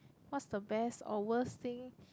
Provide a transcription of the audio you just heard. what's the best or worst thing